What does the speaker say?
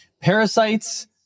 parasites